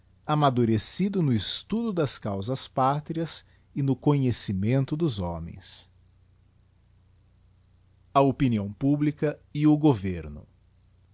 reflectido amadurecido no estudo das causas pátrias e no conhecimento dos homens a opinião publica e o governo